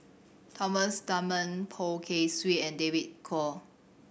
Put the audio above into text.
Thomas Dunman Poh Kay Swee and David Kwo